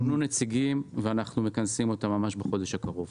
פנו נציגים, ואנחנו מכנסים אותה ממש בחודש הקרוב.